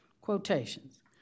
quotations